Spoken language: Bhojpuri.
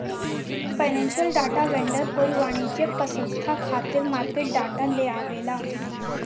फाइनेंसियल डाटा वेंडर कोई वाणिज्यिक पसंस्था खातिर मार्केट डाटा लेआवेला